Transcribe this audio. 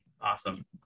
awesome